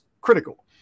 critical